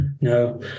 No